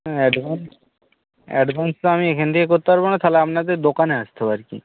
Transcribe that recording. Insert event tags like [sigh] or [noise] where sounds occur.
advance advance তো আমি এখান থেকে করতে পারবো না তাহলে আপনাদের দোকানে [unintelligible] আর কি